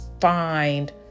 find